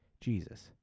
Jesus